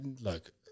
look